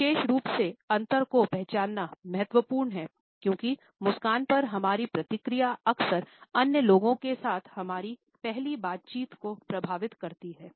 विशेष रूप से अंतर को पहचानना महत्वपूर्ण है क्योंकि मुस्कान पर हमारी प्रतिक्रिया अक्सर अन्य लोगों के साथ हमारी पहली बातचीत को प्रभावित करती है